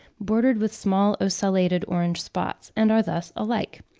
bordered with small ocellated orange spots, and are thus alike.